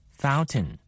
fountain